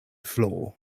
floor